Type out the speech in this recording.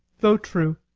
though true.